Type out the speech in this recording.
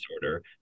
disorder